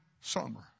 summer